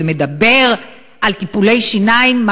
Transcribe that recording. ומדבר על טיפולי שיניים.